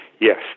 Yes